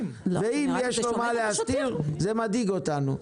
ואם יש לו מה להסתיר זה מדאיג אותנו.